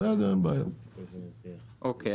אוקי,